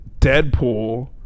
Deadpool